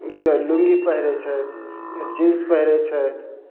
एकटा लूँगी पहिरय छथि जीन्स पहिरय छथि